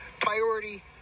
Priority